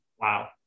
Wow